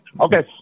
okay